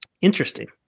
interesting